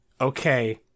okay